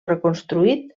reconstruït